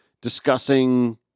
discussing